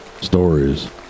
Stories